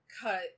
cut